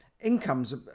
incomes